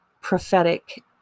prophetic